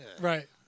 Right